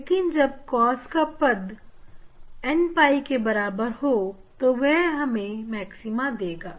लेकिन जब cos का पद n 𝝿 के बराबर है तो वह हमें मैक्सिमा देगा